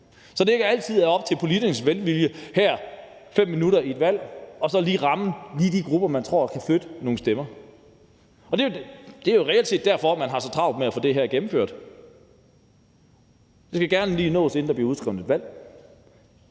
så det ikke altid er op til politikernes velvilje her 5 minutter i et valg så lige at ramme de grupper, man tror kan flytte nogle stemmer. Det er reelt set derfor, at man har så travlt med at få det her gennemført. Det skal gerne lige nås, inden der bliver udskrevet et valg.